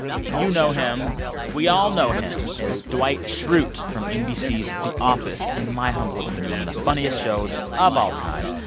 you know him we all know him as dwight schrute from nbc's the office in my humble opinion, one of the funniest shows of all time.